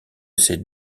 ces